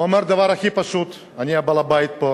הוא אמר את הדבר הכי פשוט: אני בעל-הבית פה